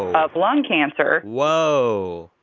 of lung cancer. whoa.